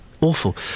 Awful